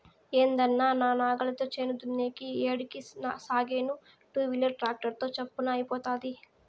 ఏందన్నా నా నాగలితో చేను దున్నేది ఏడికి సాగేను టూవీలర్ ట్రాక్టర్ తో చప్పున అయిపోతాది